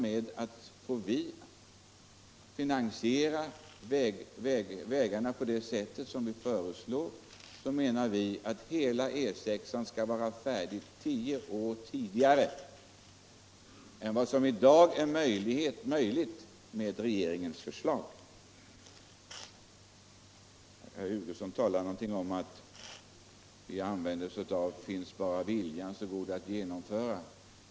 Om vi får finansiera vägarna på det sätt som vi föreslår, menar vi att hela E 6:an skall bli färdig tio år tidigare än vad som blir möjligt enligt regeringens förslag. Herr Hugosson nämnde att vi använder uttrycket ”finns bara viljan, går det att genomföra”.